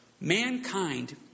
Mankind